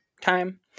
time